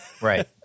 Right